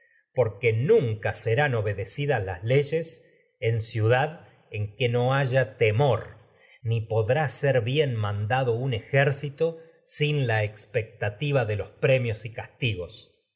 porque ciudad en nunca serán obedecidas las leyes en que no haya temor ni podráserbien mandado y un ejército sin la expectativa de los premios preciso sea pues que castigos